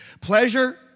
Pleasure